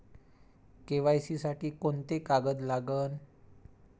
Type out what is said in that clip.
KYC साठी कोंते कागद लागन?